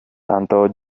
tanto